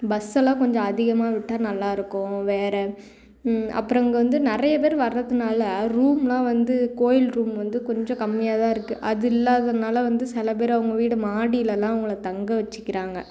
பஸ்ஸெல்லம் கொஞ்சம் அதிகமாக விட்டால் நல்லா இருக்கும் வேறு அப்புறம் இங்கே வந்து நிறைய பேர் வர்றதுனால ரூம் எல்லாம் வந்து கோயில் ரூம் வந்து கொஞ்சம் கம்மியாக தான் இருக்கு அது இல்லாதனால வந்து சில பேர் அவங்க வீடு மாடிலல்லாம் அவங்களை தங்க வச்சுக்குறாங்க